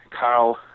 carl